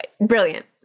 brilliant